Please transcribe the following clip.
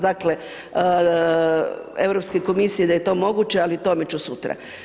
Dakle Europske komisije da je to moguće ali o tome ću sutra.